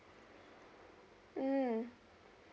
mm